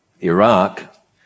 iraq